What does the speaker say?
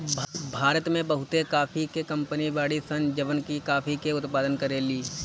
भारत में बहुते काफी के कंपनी बाड़ी सन जवन की काफी के उत्पादन करेली